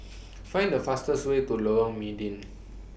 Find The fastest Way to Lorong Mydin